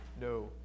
No